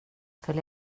följ